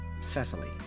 Cecily